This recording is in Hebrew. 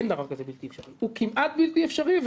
אין דבר כזה בלתי אפשרי, הוא כמעט בלתי אפשרי.